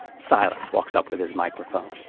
silas walks up with his microphone.